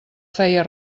feia